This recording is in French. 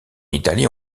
italie